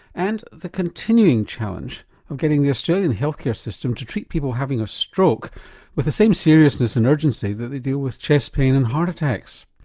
and the continuing challenge of getting the australian health care system to treat people having a stroke with the same seriousness and urgency that they deal with chest pain and heart attacks.